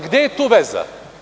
Gde je tu veza?